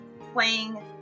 playing